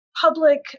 public